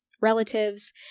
relatives